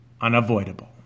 unavoidable